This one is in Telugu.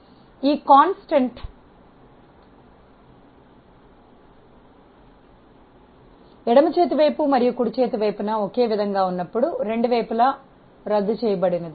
కాబట్టి ఈ స్థిరాంకం ఎడమ చేతి వైపు ఒకే విధంగా ఉంటుంది మరియు కుడి వైపున ఉన్నప్పుడు రెండు వైపులా రద్దు చేయబడినది